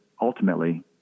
ultimately